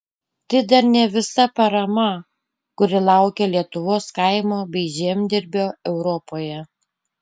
tai dar ne visa parama kuri laukia lietuvos kaimo bei žemdirbio europoje